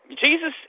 Jesus